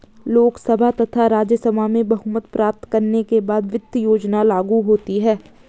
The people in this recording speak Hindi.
लोकसभा तथा राज्यसभा में बहुमत प्राप्त करने के बाद वित्त योजना लागू होती है